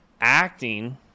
acting